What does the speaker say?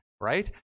right